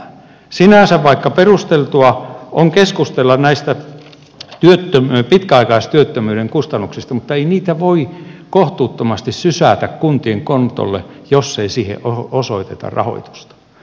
sinänsä perusteltua on keskustella pitkäaikaistyöttömyyden kustannuksista mutta ei niitä voi kohtuuttomasti sysätä kuntien kontolle jos ei niihin osoiteta rahoitusta